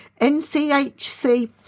NCHC